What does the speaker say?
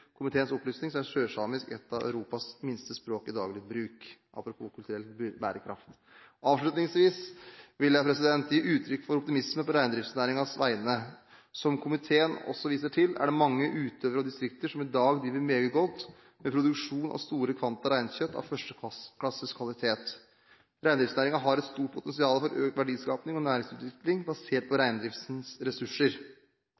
komiteens opplysning er sørsamisk ett av Europas minste språk i daglig bruk – apropos kulturell bærekraft. Avslutningsvis vil jeg gi uttrykk for optimisme på reindriftsnæringens vegne. Som komiteen også viser til, er det mange utøvere og distrikter som i dag driver meget godt, med produksjon av store kvanta reinkjøtt av førsteklasses kvalitet. Reindriftsnæringen har et stort potensial for økt verdiskaping og næringsutvikling basert på